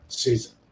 season